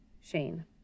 Shane